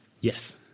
Yes